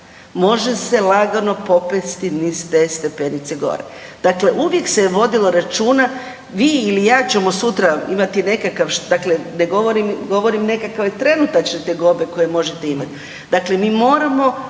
može se lagano popesti niz te stepenice gore. Dakle, uvijek se je vodilo računa, vi ili ja ćemo sutra imati nekakav .../nerazumljivo/... dakle ne govorim, govorim nekakve trenutačne tegobe koje možete imati. Dakle, mi moramo,